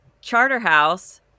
Charterhouse